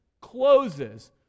closes